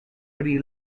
pri